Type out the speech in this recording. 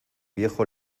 viejo